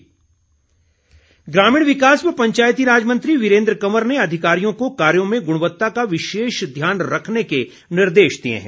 वीरेन्द्र कंवर ग्रामीण विकास व पंचायती राज मंत्री वीरेन्द्र कंवर ने अधिकारियों को कार्यो में गुणवत्ता का विशेष ध्यान रखने के निर्देश दिए हैं